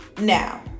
now